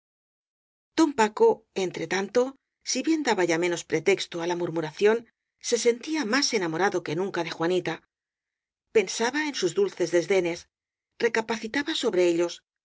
don paco entre tanto si bien daba ya menos pretexto á la murmuración se sentía más enamo rado que nunca de juanita pensaba en sus dulces desdenes recapacitaba sobre ellos